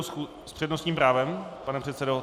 S přednostním právem, pane předsedo?